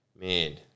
man